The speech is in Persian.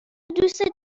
دوست